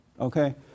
Okay